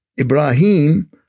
Ibrahim